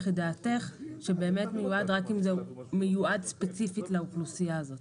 את דעתך שבאמת זה מיועד ספציפית לאוכלוסייה הזאת.